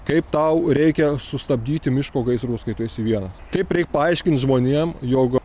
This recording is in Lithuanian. kaip tau reikia sustabdyti miško gaisrus kai tu esi vienas kaip reik paaiškint žmonėm jog